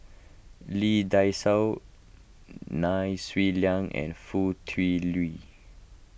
Lee Dai Soh Nai Swee Leng and Foo Tui Liew